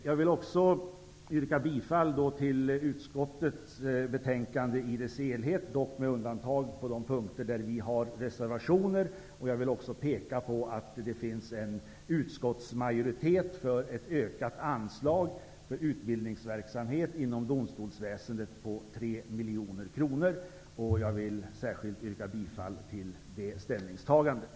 Jag vill också yrka bifall till utskottets hemställan med undantag för de punkter där vi har reservationer. Jag vill också peka på att det finns en utskottsmajoritet för ett ökat anslag för utbildningsverksamhet inom domstolsväsendet på 3 miljoner kronor. Jag vill särskilt yrka bifall till det ställningstagandet.